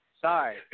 sorry